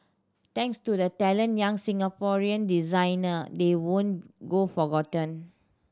thanks to the talented young Singaporean designer they won't go forgotten